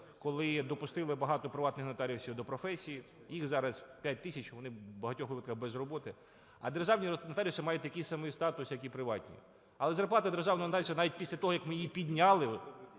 коли допустили багато приватних нотаріусів до професії. Їх зараз 5 тисяч і вони в багатьох випадках без роботи. А державні нотаріуси мають такий самий статус як і приватні, але зарплата державного нотаріуса, навіть після того, як ми її підняли